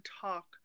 talk